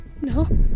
No